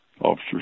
officer